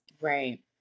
right